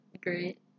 great